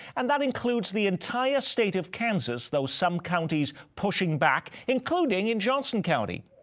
and that includes the entire state of kansas, though some counties pushing back including in johnson county.